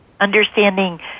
understanding